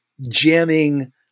jamming